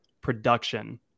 production